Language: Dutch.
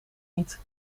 niet